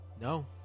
No